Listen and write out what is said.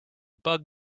bug